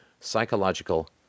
psychological